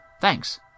Thanks